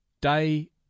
Day